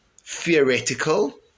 theoretical